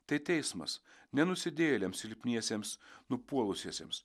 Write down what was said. tai teismas nenusidėjėliem silpniesiems nupuolusiesiems